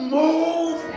move